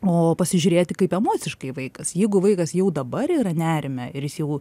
o pasižiūrėti kaip emociškai vaikas jeigu vaikas jau dabar yra nerime ir jis jau